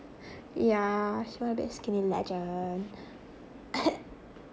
yeah she wanna be a skinny legend